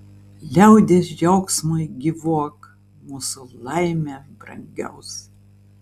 liaudies džiaugsmui gyvuok mūsų laime brangiausia